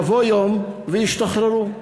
יבוא יום והם ישתחררו,